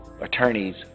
attorneys